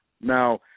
Now